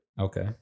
Okay